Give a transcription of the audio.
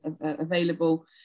available